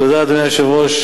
תודה, אדוני היושב-ראש.